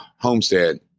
Homestead